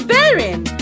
Bearing